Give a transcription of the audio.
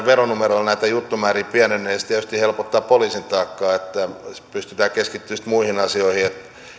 veronumeroilla näitä juttumääriä pienenemään se tietysti helpottaa poliisin taakkaa niin että pystytään keskittymään muihin asioihin